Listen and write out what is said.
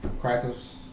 crackers